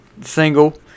single